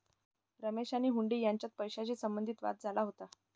रमेश आणि हुंडी यांच्यात पैशाशी संबंधित वाद झाला होता